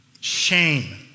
shame